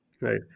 Right